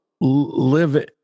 live